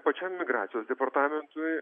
pačiam migracijos departamentui